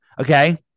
okay